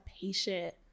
patient